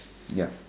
ya